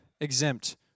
exempt